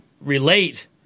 relate